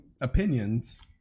opinions